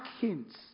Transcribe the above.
hints